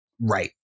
right